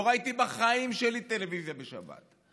לא ראיתי בחיים שלי טלוויזיה בשבת.